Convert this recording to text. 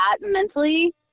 mentally